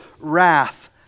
wrath